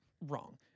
Wrong